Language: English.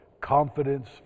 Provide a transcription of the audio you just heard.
confidence